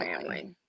family